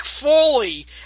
Foley